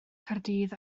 caerdydd